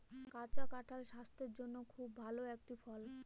কাঁচা কাঁঠাল স্বাস্থের জন্যে খুব ভালো একটি ফল